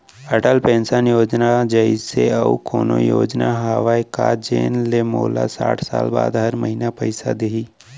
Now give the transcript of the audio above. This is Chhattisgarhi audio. अटल पेंशन योजना जइसे अऊ कोनो योजना हावे का जेन ले मोला साठ साल बाद हर महीना पइसा दिही?